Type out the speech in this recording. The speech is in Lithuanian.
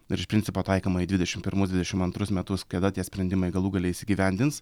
ir iš principo taikoma į dvidešim pirmus dvidešim antrus metus kada tie sprendimai galų gale įsigyvendins